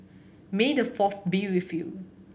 may the Fourth be with you